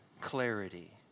Clarity